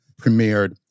premiered